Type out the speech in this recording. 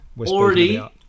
already